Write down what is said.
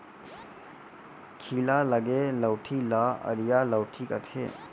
खीला लगे लउठी ल अरिया लउठी कथें